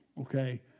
okay